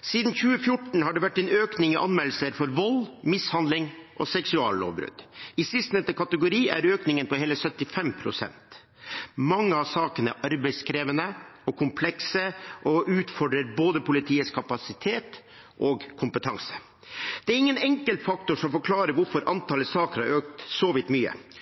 Siden 2014 har det vært en økning i antall anmeldelser av vold, mishandling og seksuallovbrudd. I sistnevnte kategori er økningen på hele 75 pst. Mange av sakene er arbeidskrevende og komplekse og utfordrer både politiets kapasitet og politiets kompetanse. Det er ingen enkeltfaktor som forklarer hvorfor antallet saker har økt så vidt mye.